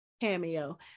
cameo